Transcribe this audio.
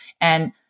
And-